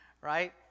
right